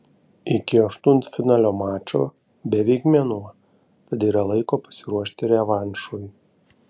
iki aštuntfinalio mačo beveik mėnuo tad yra laiko pasiruošti revanšui